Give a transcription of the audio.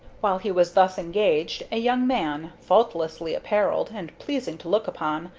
while he was thus engaged, a young man, faultlessly apparelled and pleasing to look upon,